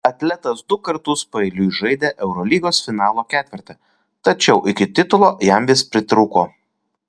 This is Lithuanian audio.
atletas dukart paeiliui žaidė eurolygos finalo ketverte tačiau iki titulo jam vis pritrūko